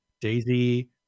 Daisy